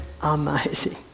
amazing